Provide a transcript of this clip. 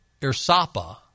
Irsapa